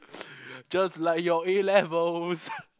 just like your A-levels